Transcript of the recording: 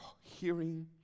hearing